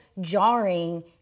jarring